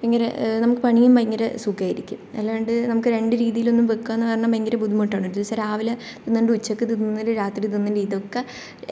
ഭയങ്കര ഭയങ്കര നമുക്ക് പണിയും ഭയങ്കര സുഖായിരിക്കും അല്ലാണ്ട് നമുക്ക് രണ്ട് രീതിയിലൊന്നും വയ്ക്കുക എന്നു പറഞ്ഞാൽ ഭയങ്കര ബുദ്ധിമുട്ടാണ് ഒരു ദിവസം രാവിലെ തിന്നൽ ഉച്ചയ്ക്ക് തിന്നൽ രാത്രി തിന്നൽ ഇതൊക്കെ